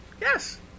Yes